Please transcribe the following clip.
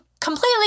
completely